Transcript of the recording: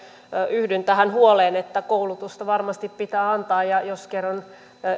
yhdyn tähän huoleen että koulutusta varmasti pitää antaa ja jos kerran